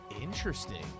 Interesting